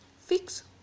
fix